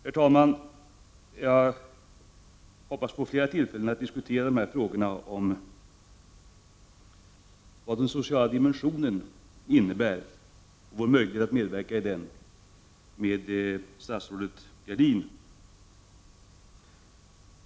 Jag hoppas på flera tillfällen att med statsrådet Gradin få diskutera frågorna om vad den sociala dimensionen innebär och vilka våra möjligheter är att medverka i den.